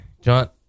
John